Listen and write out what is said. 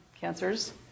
cancers